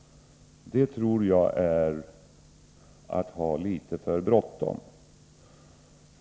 Det tror jag vore att ha litet för bråttom.